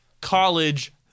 college